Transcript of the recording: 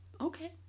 Okay